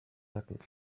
nacken